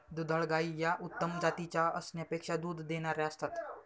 दुधाळ गायी या उत्तम जातीच्या असण्यापेक्षा दूध देणाऱ्या असतात